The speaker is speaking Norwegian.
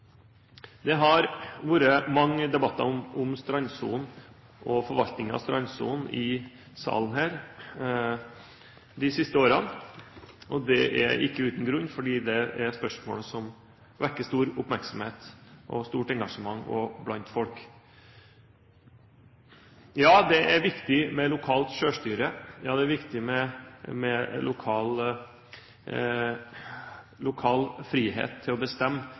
Det har vært mange debatter om strandsonen og forvaltningen av strandsonen i salen her de siste årene. Det er ikke uten grunn, for det er spørsmål som vekker stor oppmerksomhet og stort engasjement blant folk. Ja, det er viktig med lokalt selvstyre. Ja, det er viktig med lokal frihet til å bestemme